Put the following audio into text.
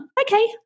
okay